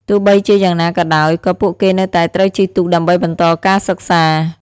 ទោះបីជាយ៉ាងណាក៏ដោយ ក៏ពួកគេនៅតែត្រូវជិះទូកដើម្បីបន្តការសិក្សា។